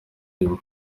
rimwe